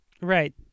right